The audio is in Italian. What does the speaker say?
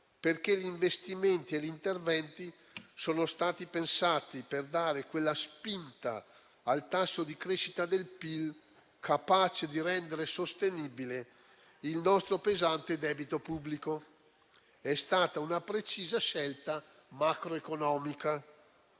perché gli investimenti e gli interventi sono stati pensati per dare quella spinta al tasso di crescita del PIL capace di rendere sostenibile il nostro pesante debito pubblico. È stata una precisa scelta macroeconomica.